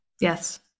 Yes